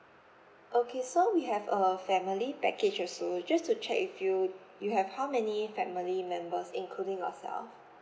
okay so we have a family package also just to check with you you have how many family members including yourself